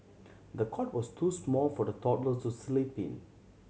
the cot was too small for the toddler to sleep in